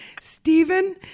Stephen